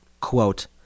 Quote